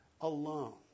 alone